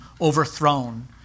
overthrown